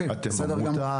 אתם עמותה,